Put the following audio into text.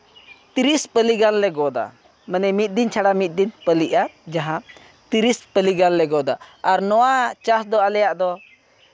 ᱛᱤᱨᱤᱥ ᱯᱟᱹᱞᱤ ᱜᱟᱱᱞᱮ ᱜᱚᱫᱟ ᱢᱟᱱᱮ ᱢᱤᱫ ᱪᱷᱟᱲᱟ ᱢᱤᱫ ᱫᱤᱱ ᱯᱟᱹᱞᱤᱜᱼᱟ ᱡᱟᱦᱟᱸ ᱛᱤᱨᱤᱥ ᱯᱟᱹᱞᱤ ᱜᱟᱱ ᱞᱮ ᱜᱚᱫᱟ ᱟᱨ ᱱᱚᱣᱟ ᱪᱟᱥ ᱫᱚ ᱟᱞᱮᱭᱟᱜ ᱫᱚ